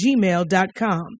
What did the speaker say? gmail.com